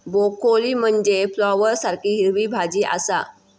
broccoli म्हनजे फ्लॉवरसारखी हिरवी भाजी आसा